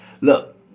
look